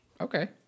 okay